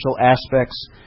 aspects